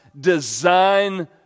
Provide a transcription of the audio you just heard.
design